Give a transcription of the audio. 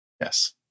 Yes